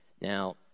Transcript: Now